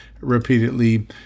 repeatedly